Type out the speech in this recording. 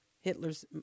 Hitler's